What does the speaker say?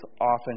often